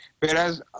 Whereas